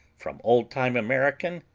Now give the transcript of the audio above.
from old-time american,